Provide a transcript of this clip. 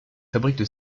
fabriques